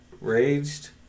Raged